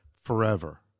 forever